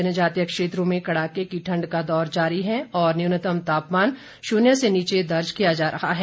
जनजातीय क्षेत्रों में कड़ाके की ठंड का दौर जारी है और न्यूनतम तापमान शुन्य से नीचे दर्ज किया जा रहा है